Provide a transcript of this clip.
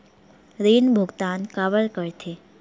ऋण भुक्तान काबर कर थे?